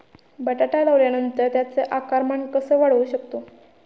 बटाटा लावल्यानंतर त्याचे आकारमान कसे वाढवू शकतो?